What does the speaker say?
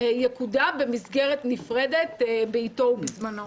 יקודם במסגרת נפרדת בעתו ובזמנו.